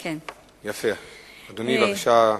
אדוני, בבקשה,